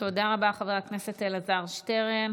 תודה רבה, חבר הכנסת אלעזר שטרן.